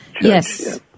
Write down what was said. Yes